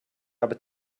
att